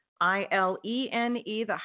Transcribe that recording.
I-L-E-N-E